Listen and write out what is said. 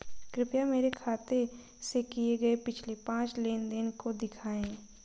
कृपया मेरे खाते से किए गये पिछले पांच लेन देन को दिखाएं